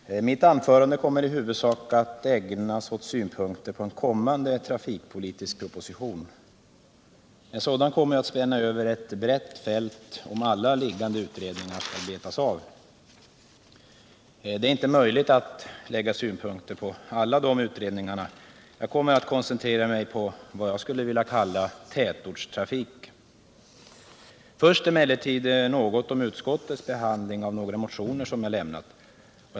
Herr talman! Mitt anförande kommer i huvudsak att ägnas åt synpunkter på en kommande trafikpolitisk proposition. En sådan kommer att spänna över ett brett fält om alla liggande utredningar skall betas av. Det är inte möjligt att nu anlägga synpunkter på alla utredningarna. Jag kommer att koncentrera mig på vad jag vill kalla tätortstrafiken. Först emellertid något om utskottets behandling av några motioner jag har väckt.